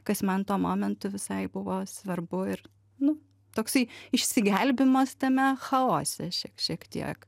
kas man tuo momentu visai buvo svarbu ir nu toksai išsigelbėjimas tame chaose šiek šiek tiek